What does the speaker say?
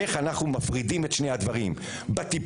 איך אנחנו מפרידים את שני הדברים בטיפול,